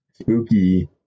Spooky